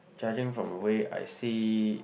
judging from the way I see